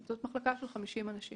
זאת מחלקה של 50 אנשים.